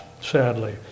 sadly